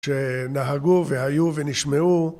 שנהגו והיו ונשמעו